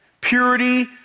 purity